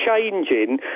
changing